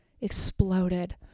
exploded